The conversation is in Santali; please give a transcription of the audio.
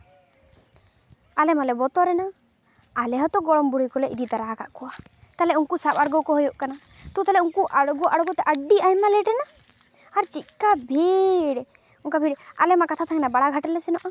ᱟᱞᱮᱢᱟᱞᱮ ᱵᱚᱛᱚᱨᱮᱱᱟ ᱟᱞᱮ ᱦᱚᱸᱛᱚ ᱜᱚᱲᱚᱢ ᱵᱩᱲᱦᱤ ᱠᱚᱞᱮ ᱤᱫᱤ ᱛᱚᱨᱟ ᱟᱠᱟᱫ ᱠᱚᱣᱟ ᱛᱟᱦᱚᱞᱮ ᱩᱱᱠᱩ ᱥᱟᱵ ᱟᱬᱜᱚ ᱠᱚ ᱦᱩᱭᱩᱜ ᱠᱟᱱᱟ ᱛᱚ ᱛᱟᱦᱚᱞᱮ ᱩᱱᱠᱩ ᱟᱬᱜᱚ ᱟᱬᱜᱚ ᱛᱮ ᱟᱹᱰᱤ ᱟᱭᱢᱟ ᱞᱮᱴᱮᱱᱟ ᱟᱨ ᱪᱮᱫᱠᱟ ᱵᱷᱤᱲ ᱚᱱᱠᱟ ᱵᱷᱤᱲ ᱟᱞᱮ ᱢᱟ ᱠᱟᱛᱷᱟ ᱛᱟᱦᱮᱞᱮᱱᱟ ᱵᱟᱲᱟ ᱜᱷᱟᱴ ᱞᱮ ᱥᱮᱱᱚᱜᱼᱟ